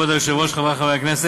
כבוד היושב-ראש, חברי חברי הכנסת,